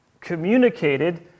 communicated